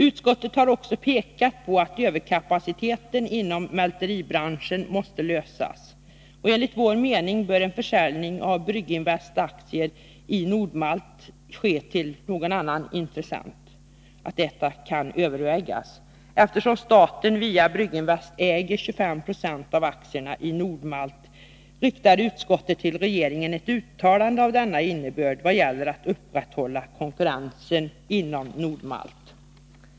Utskottet har också pekat på att överkapaciteten inom mälteribranschen måste lösas. Enligt vår mening bör en försäljning av Brygginvests aktier i Nord-Malt till någon annan intressent övervägas. Eftersom staten via Brygginvest äger 25 90 av aktierna i Nord-Malt, riktar utskottet ett uttalande till regeringen av denna innebörd vad gäller att upprätthålla konkurrensen även inom Nord-Malt.